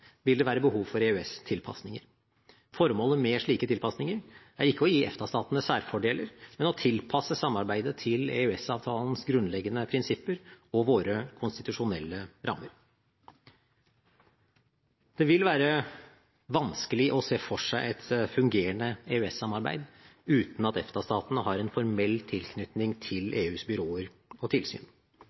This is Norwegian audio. vil det være behov for EØS-tilpasninger. Formålet med slike tilpasninger er ikke å gi EFTA-statene særfordeler, men å tilpasse samarbeidet til EØS-avtalens grunnleggende prinsipper og våre konstitusjonelle rammer. Det vil være vanskelig å se for seg et fungerende EØS-samarbeid uten at EFTA-statene har en formell tilknytning til EUs byråer og tilsyn.